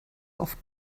auf